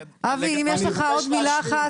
אתה רוצה לומר עוד משהו?